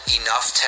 enough